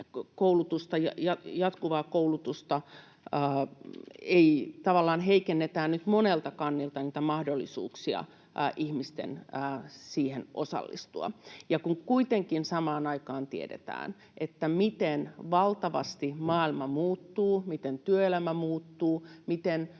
jatkuvaa koulutusta tavallaan heikennetään nyt monelta kantilta, niitä mahdollisuuksia ihmisten siihen osallistua. Kun kuitenkin samaan aikaan tiedetään, miten valtavasti maailma muuttuu, miten työelämä muuttuu, miten